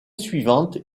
suivante